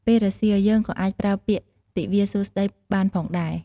ពេលរសៀល យើងក៏អាចប្រើពាក្យ "ទិវាសួស្តី"បានផងដែរ។